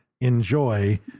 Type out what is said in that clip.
Enjoy